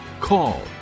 call